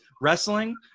wrestling